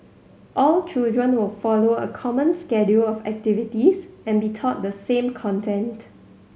all children will follow a common schedule of activities and be taught the same content